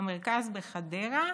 במרכז בחדרה נערכה,